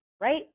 right